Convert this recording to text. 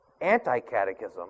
anti-catechism